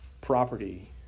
property